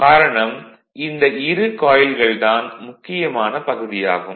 காரணம் இந்த இரு காயில்கள் தான் முக்கியமான பகுதி ஆகும்